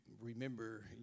remember